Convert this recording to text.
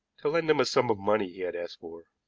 to lend him a sum of money he had asked for.